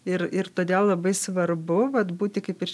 ir ir todėl labai svarbu vat būti kaip ir